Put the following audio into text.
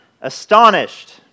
astonished